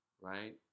right